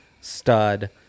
stud